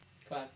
five